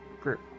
group